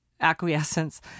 acquiescence